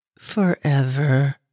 Forever